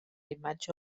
imatge